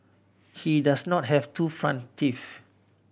he does not have two front teeth